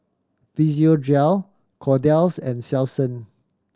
Physiogel Kordel's and Selsun